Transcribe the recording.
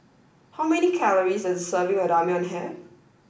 how many calories does a serving of Ramyeon have